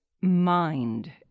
Mind